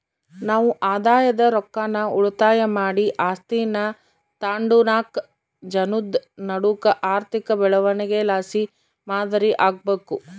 ನಾವು ಆದಾಯದ ರೊಕ್ಕಾನ ಉಳಿತಾಯ ಮಾಡಿ ಆಸ್ತೀನಾ ತಾಂಡುನಾಕ್ ಜನುದ್ ನಡೂಕ ಆರ್ಥಿಕ ಬೆಳವಣಿಗೆಲಾಸಿ ಮಾದರಿ ಆಗ್ಬಕು